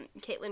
Caitlin